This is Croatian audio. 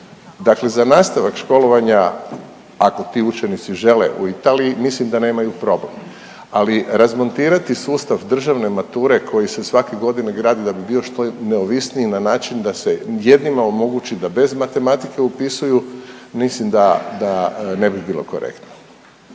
Dakle, za nastavak školovanja ako ti učenici žele u Italiji mislim da nemaju problem, ali razmontirati sustav državne mature koji se svake godine gradi da bi bio što neovisniji na način da se jednima omogući da bez matematike upisuju, mislim da ne bi bilo korektno.